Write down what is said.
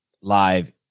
live